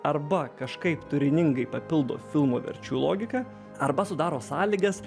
arba kažkaip turiningai papildo filmo verčių logiką arba sudaro sąlygas